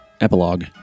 epilogue